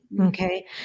Okay